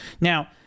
now